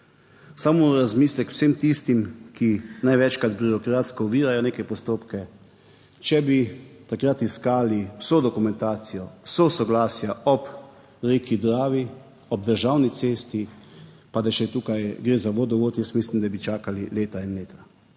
Samo v razmislek vsem tistim, ki največkrat birokratsko ovirajo neke postopke, če bi takrat iskali vso dokumentacijo, vsa soglasja ob reki Dravi, ob državni cesti, pa da še tukaj gre za vodovod, jaz mislim, da bi čakali leta in leta,